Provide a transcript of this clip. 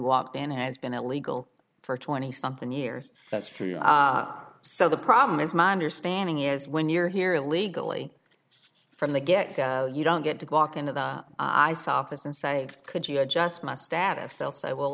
walked in has been illegal for twenty something years that's true so the problem is my understanding is when you're here illegally from the get go you don't get to go walk into the office and say could you have just my status they'll say